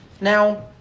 Now